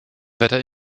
wetter